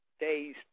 days